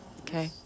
Okay